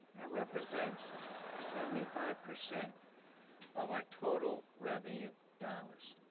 and represents seventy five percent of our total revenue dollars.